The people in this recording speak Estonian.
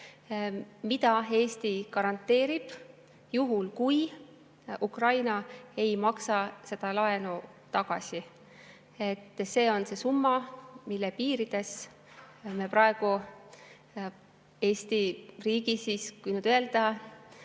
mida Eesti garanteerib juhul, kui Ukraina ei maksa seda laenu tagasi. See on see summa, mille piirides me praegu Eesti riigi, kui nüüd